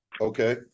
okay